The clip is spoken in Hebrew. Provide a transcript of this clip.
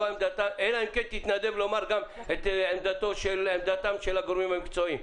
אלא אם כן תתנדב לומר גם את עמדתם של הגורמים המקצועיים.